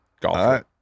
Golf